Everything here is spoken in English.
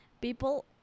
people